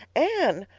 anne,